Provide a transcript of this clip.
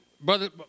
Brother